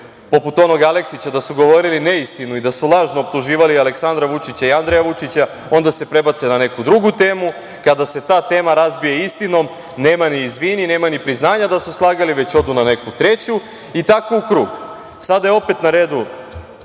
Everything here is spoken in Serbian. poput onog Aleksića, da su govorili neistinu i da su lažno optuživali Aleksandra Vučića i Andreja Vučića, onda se prebace na neku drugu temu. Kada se ta tema razbije istinom, nema ni izvini, nema ni priznanja da su slagali, već odu na neku treću i tako u krug. Sada je opet na redu